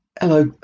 hello